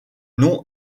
non